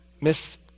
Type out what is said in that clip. miss